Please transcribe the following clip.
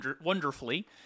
wonderfully